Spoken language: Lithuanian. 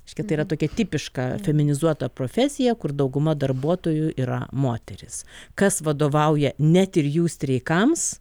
reiškia tai yra tokia tipiška feminizuota profesija kur dauguma darbuotojų yra moterys kas vadovauja net ir jų streikams